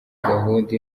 gahunda